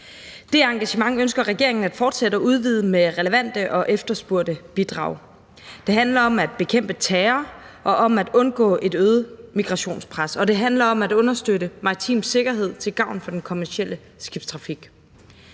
Det engagement ønsker regeringen at fortsætte og udvide med relevante og efterspurgte bidrag. Det handler om at bekæmpe terror og om at undgå et øget migrationspres, og det handler om at understøtte maritim sikkerhed til gavn for den kommercielle skibstrafik.